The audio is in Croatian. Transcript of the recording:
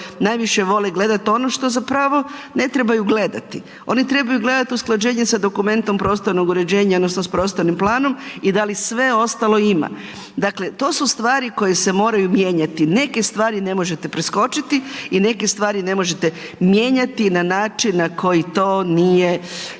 najviše vole gledati ono što zapravo ne trebaju gledati. One trebaju gledati usklađenje sa dokumentom prostornog uređenja, odnosno s prostornim planom i da li sve ostalo ima. Dakle, to su stvari koje se moraju mijenjati, neke stvari ne možete preskočiti i neke stvari ne možete mijenjati na način na koji to nije